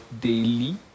daily